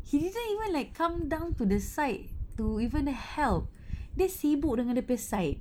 he didn't even like come down to the site to even help dia sibuk dengan dia punya site